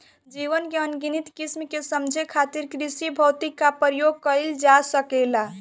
जीवन के अनगिनत किसिम के समझे खातिर कृषिभौतिकी क प्रयोग कइल जा सकेला